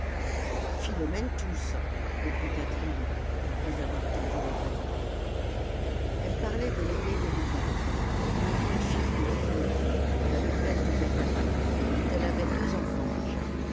philomène tousse reprit catherine après avoir tendu l'oreille elle parlait de l'aînée des levaque une grande fille de dix-neuf ans la maîtresse de zacharie dont elle avait deux enfants déjà